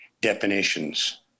definitions